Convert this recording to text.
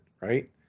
right